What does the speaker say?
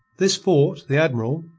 this fort the admiral,